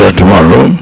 tomorrow